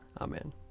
Amen